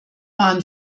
waren